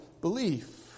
belief